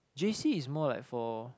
j_c is more like for